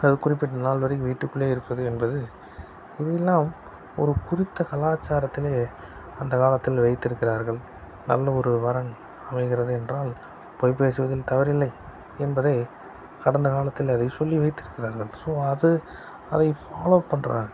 அது குறிப்பிட்ட நாள் வரைக்கும் வீட்டுக்குள்ளே இருப்பது என்பது இது எல்லாம் ஒரு குறித்த கலாச்சாரத்தில் அந்த காலத்தில் வைத்திருக்கிறார்கள் நல்ல ஒரு வரன் அமைகிறது என்றால் பொய் பேசுவதில் தவறு இல்லை என்பதை கடந்த காலத்தில் அதை சொல்லி வைத்திருக்கிறார்கள் ஸோ அது அதை ஃபாலோ பண்ணுற